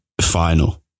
final